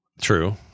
True